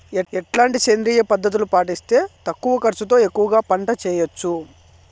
ఎట్లాంటి సేంద్రియ పద్ధతులు పాటిస్తే తక్కువ ఖర్చు తో ఎక్కువగా పంట చేయొచ్చు?